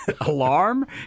alarm